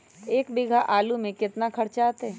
एक बीघा आलू में केतना खर्चा अतै?